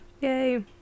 Yay